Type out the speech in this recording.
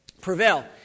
Prevail